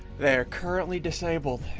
they're currently disabled.